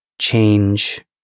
change